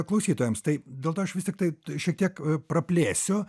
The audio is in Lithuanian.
klausytojams tai dėl to aš vis tiktai šiek tiek praplėsiu